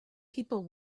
people